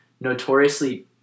notoriously